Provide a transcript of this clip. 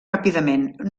ràpidament